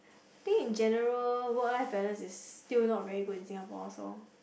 think in general work life balance is still not very good in Singapore so